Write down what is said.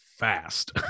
fast